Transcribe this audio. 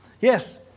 Yes